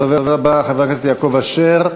הדובר הבא, חבר הכנסת יעקב אשר,